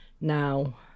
now